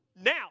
now